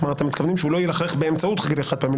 אתם מתכוונים שהוא לא ילכלך באמצעות כלי חד פעמי,